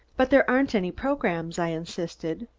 but there aren't any programs, i insisted.